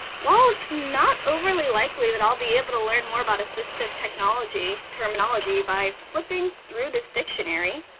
while it's not overly likely that i'll be able to learn more about assistive technology terminology by flipping through this dictionary,